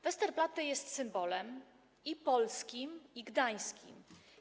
Westerplatte jest symbolem i polskim, i gdańskim.